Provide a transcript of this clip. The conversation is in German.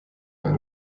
mehr